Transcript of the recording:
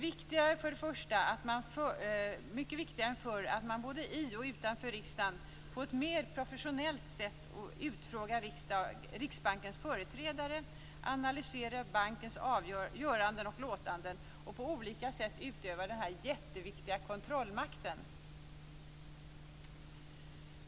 För det första blir det mycket viktigare än förr att både i och utanför riksdagen på ett mer professionellt sätt fråga ut Riksbankens företrädare, analysera bankens göranden och låtanden och på olika sätt utöva den jätteviktiga kontrollmakten.